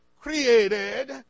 created